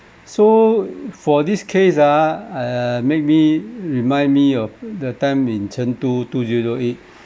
so for this case ah err make me remind me of the time in chengdu two zero zero eight